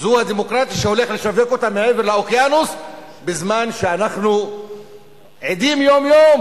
זו הדמוקרטיה שהוא הולך לשווק מעבר לאוקיינוס בזמן שאנחנו עדים יום-יום